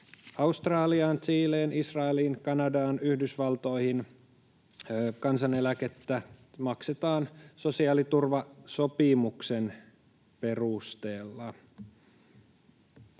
Australiaan, Chileen, Israeliin, Kanadaan ja Yhdysvaltoihin kansaneläkettä maksetaan sosiaaliturvasopimuksen perusteella.